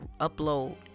upload